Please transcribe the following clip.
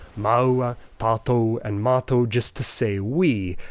maua, tatou and matou just to say we,